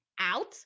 out